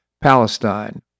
Palestine